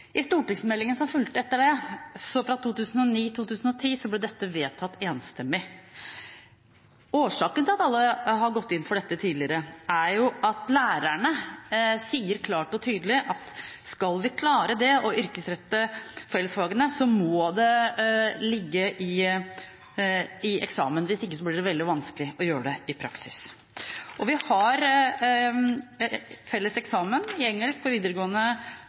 I behandlingen av stortingsmeldingen som fulgte etter det, i 2009–2010, ble dette vedtatt enstemmig. Årsaken til at alle har gått inn for dette tidligere, er at lærerne sier klart og tydelig at skal vi klare å yrkesrette fellesfagene, må det ligge i eksamen. Hvis ikke blir det veldig vanskelig å gjøre det i praksis. Og vi har felles eksamen i engelsk på videregående